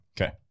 Okay